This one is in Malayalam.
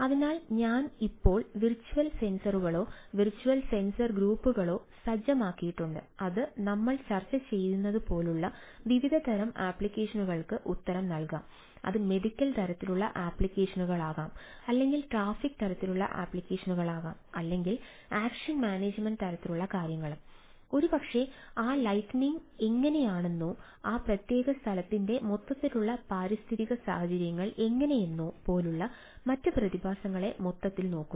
അതിനാൽ ഞാൻ ഇപ്പോൾ വിർച്വൽ സെൻസറുകളോ വെർച്വൽ സെൻസർ ഗ്രൂപ്പുകളോ സജ്ജമാക്കിയിട്ടുണ്ട് അത് നമ്മൾ ചർച്ച ചെയ്യുന്നതുപോലുള്ള വിവിധ തരം ആപ്ലിക്കേഷനുകൾക്ക് ഉത്തരം നൽകാം അത് മെഡിക്കൽ തരത്തിലുള്ള ആപ്ലിക്കേഷനുകളാകാം അല്ലെങ്കിൽ ട്രാഫിക് തരത്തിലുള്ള ആപ്ലിക്കേഷനുകളാകാം അല്ലെങ്കിൽ ആക്ഷൻ മാനേജുമെന്റ് തരത്തിലുള്ള കാര്യങ്ങളും ഒരുപക്ഷേ ആ ലൈറ്റനിംഗ് എങ്ങനെയാണെന്നോ ആ പ്രത്യേക സ്ഥലത്തിന്റെ മൊത്തത്തിലുള്ള പാരിസ്ഥിതിക സാഹചര്യങ്ങൾ എങ്ങനെയെന്നോ പോലുള്ള മറ്റ് പ്രതിഭാസങ്ങളെ മൊത്തത്തിൽ നോക്കുന്നു